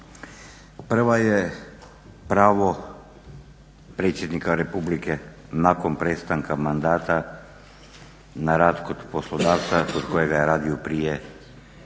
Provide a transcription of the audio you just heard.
Prva je pravo predsjednika Republike nakon prestanka mandata na rad kod poslodavca kod kojega je radio prije stupanja